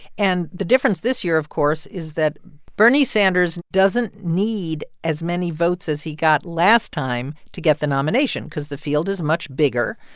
and the difference this year, of course, is that bernie sanders doesn't need as many votes as he got last time to get the nomination because the field is much bigger.